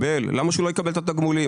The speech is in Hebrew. למה שהוא לא יקבל את התגמולים?